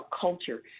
culture